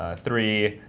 ah three,